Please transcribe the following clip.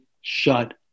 shut